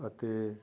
ਅਤੇ